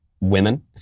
women